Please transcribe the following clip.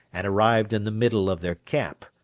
and arrived in the middle of their camp,